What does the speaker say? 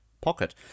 pocket